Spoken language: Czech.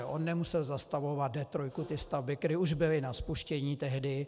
On nemusel zastavovat D3, ty stavby, které už byly na spuštění tehdy.